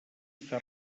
està